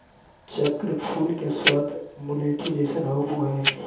चक्र फूल के स्वाद मुलैठी जइसन होबा हइ